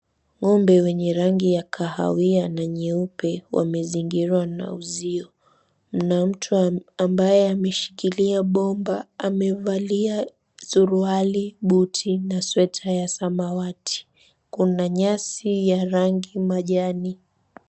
Ng'ombe wenye rangi ya kahawia na nyeupe wamezingirwa na uzio na mtu ambae ameshikilia bomba amevalia suruali, buti na sweta ya samawati. Kuna nyasi ya rangi majani.